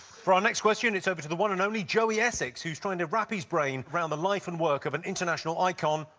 next question. it's over to the one and only joey essex, who's trying to wrap his brain round the life and work of an international icon.